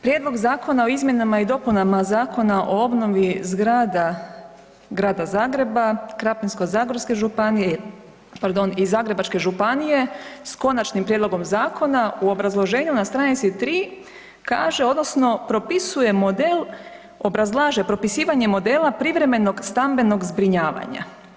Prijedlog zakona o izmjenama i dopunama Zakona o obnovi zgrada Grada Zagreba, Krapinsko-zagorske županije i Zagrebačke županije s konačnim prijedloga zakona u obrazloženju na stranici 3 kaže odnosno propisuje model, obrazlaže propisivanje modela privremenog stambenog zbrinjavanja.